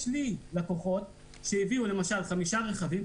יש לי לקוחות שהביאו למשל חמישה רכבים,